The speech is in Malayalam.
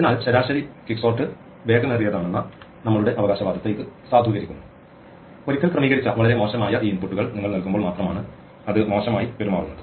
അതിനാൽ ശരാശരി ക്വിക്ക്സോർട്ട് വേഗമേറിയതാണെന്ന നമ്മളുടെ അവകാശവാദത്തെ ഇത് സാധൂകരിക്കുന്നു ഒരിക്കൽ ക്രമീകരിച്ച വളരെ മോശമായ ഈ ഇൻപുട്ടുകൾ നിങ്ങൾ നൽകുമ്പോൾ മാത്രമാണ് അത് മോശമായി പെരുമാറുന്നത്